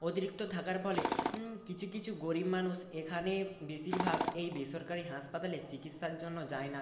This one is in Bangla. অতিরিক্ত থাকার ফলে কিছু কিছু গরিব মানুষ এখানে বেশিরভাগ এই বেসরকারি হাসপাতলে চিকিৎসার জন্য যায় না